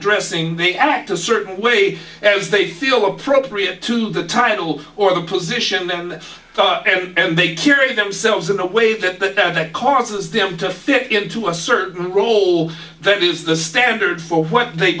dressing they act a certain way as they feel appropriate to the title or the position and they carry themselves in a way that causes them to fit into a certain role that is the standard for what they